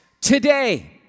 today